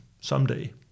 someday